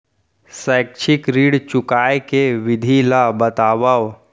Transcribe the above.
शैक्षिक ऋण चुकाए के विधि ला बतावव